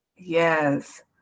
Yes